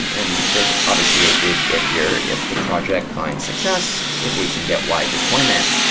and there's obviously a big if here, if the project find success, if we can get wide deployment.